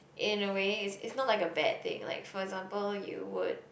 in a way it's it's not like a bad thing for example you would